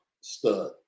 stud